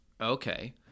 Okay